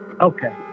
Okay